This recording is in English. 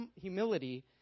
humility